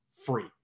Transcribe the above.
free